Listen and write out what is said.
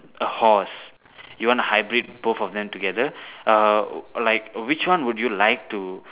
a horse you want to hybrid both of them together uh like which one would you like to